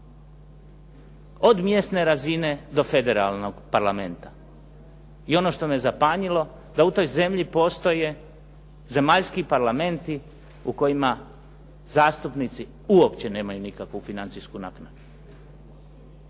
Od mjesne razine do federalnog parlamenta. I ono što me zapanjilo da u toj zemlji postoje zemaljski parlamenti u kojima zastupnici uopće nemaju nikakvu financijsku naknadu.